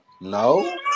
no